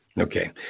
Okay